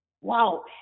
wow